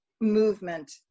movement